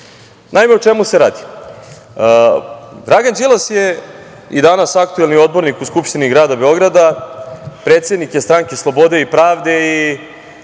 Srbije. Naime, o čemu se radi? Dragan Đilas je i danas aktuelni odbornik u Skupštini grada Beograda. Predsednik je Stranke slobode i pravde.